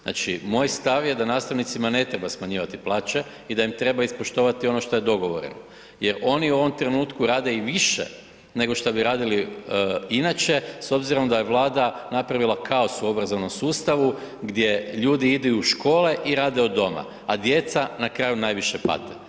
Znači moj stav je da nastavnicima ne treba smanjivati plaće i da im treba ispoštovati ono što je dogovoreno jer oni u ovom trenutku rade i više nego šta bi radili inače, s obzirom da je Vlada napravila kaos u obrazovnom sustavu gdje ljudi idu i u škole i rade od doma, a djeca na kraju najviše pate.